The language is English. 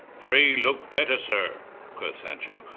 pray look better sir quoth sancho.